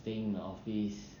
staying in the office